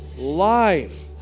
Life